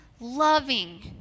loving